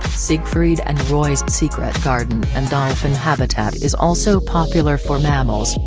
siegfried and roy's secret garden and dolphin habitat is also popular for mammals,